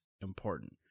important